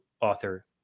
author